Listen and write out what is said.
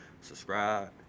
subscribe